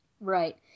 Right